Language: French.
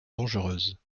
dangereuses